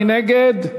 מי נגד?